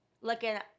Looking